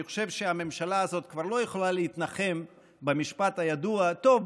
אני חושב שהממשלה הזאת כבר לא יכולה להתנחם במשפט הידוע: טוב,